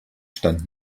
stand